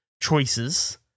choices